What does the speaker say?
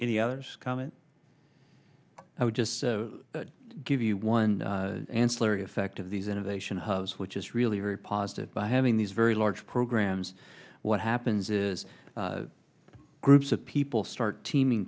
any other comment i would just give you one ancillary effect of these innovation hubs which is really very positive by having these very large programs what happens is groups of people start teaming